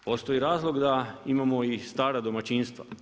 Postoji razlog da imamo i satara domaćinstva.